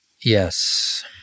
Yes